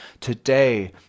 Today